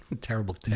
Terrible